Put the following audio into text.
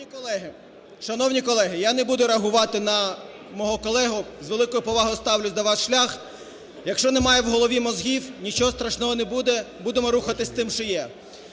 Шановні колеги, я не буду реагувати на мого колегу, з великою повагою ставлюсь до вас... шлях. Якщо немає в голові мозгів, нічого страшного не буде, будемо рухатись тим, що є.